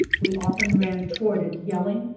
we often ran toward it, yelling,